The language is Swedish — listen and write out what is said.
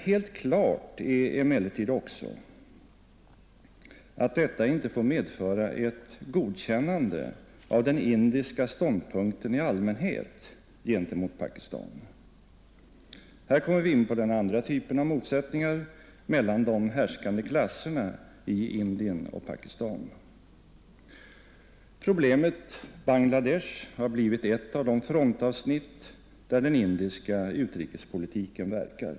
Helt klart är emellertid också att detta inte får medföra ett godkännande av den indiska ståndpunkten i allmänhet gentemot Pakistan. Här kommer vi in på den andra typen av motsättningar, mellan de härskande klasserna i Indien och Pakistan. Problemet Bangla Desh har blivit ett av de frontavsnitt där den indiska utrikespolitiken verkar.